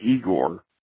Igor